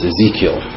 Ezekiel